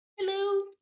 hello